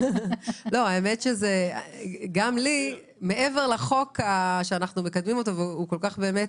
גם לי מעבר לחוק שאנחנו מקדמים והוא כל כך טוב,